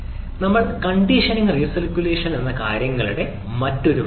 നമ്മൾ conditioning recirculation എന്നത് കാര്യങ്ങളുടെ മറ്റൊരു വശമാണ്